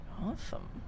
Awesome